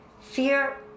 fear